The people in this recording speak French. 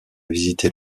visitées